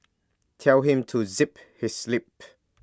tell him to zip his lip